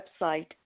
website